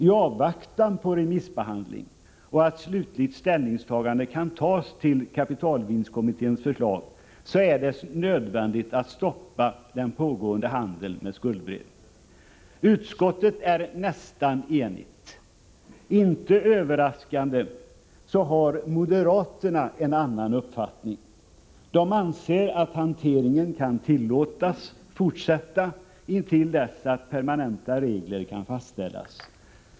I avvaktan på remissbehandling och att slutligt ställningstagande kan ske till kapitalvinstkommitténs förslag är det nödvändigt att stoppa den pågående handeln med skuldebrev. Utskottet är nästan enigt. Inte överraskande har moderaterna en annan uppfattning. De anser att hanteringen kan tillåtas fortsätta intill dess att permanenta regler kan fastställas.